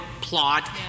plot